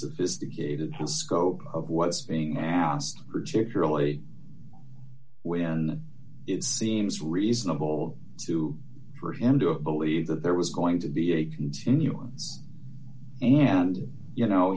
sophisticated the scope of what's being now particularly when it seems reasonable to for him to believe that there was going to be a continuance and you know